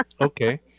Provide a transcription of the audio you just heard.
Okay